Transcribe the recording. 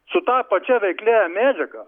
su ta pačia veikliąja medžiaga